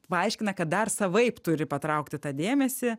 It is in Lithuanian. paaiškina kad dar savaip turi patraukti tą dėmesį